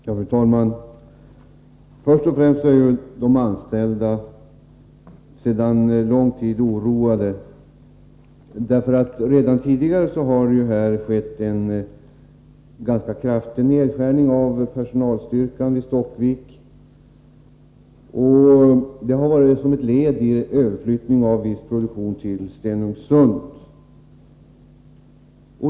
Fru talman! Först och främst är ju de anställda sedan lång tid tillbaka oroliga. Redan tidigare har det skett en ganska kraftig nedskärning av personalstyrkan i Stockvik. Det har varit ett led i en överflyttning av viss produktion till Stenungsund.